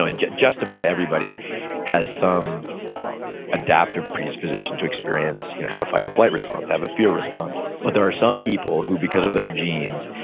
and just just about everybody has some adaptive predisposition to experience, have a fight or flight response to have a fear response. but there are some people, who because of their genes,